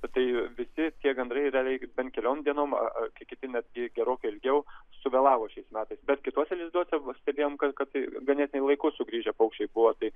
tai visi tie gandrai yra reikia bent keliom dienom ar kiti netgi gerokai ilgiau suvėlavo šiais metais bet kituose lizduose stebėjom kad tai ganėtinai laiku sugrįžę paukščiai buvo taip